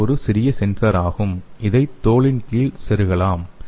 இது ஒரு சிறிய சென்சார் ஆகும் இதை தோலின் கீழ் செருகலாம்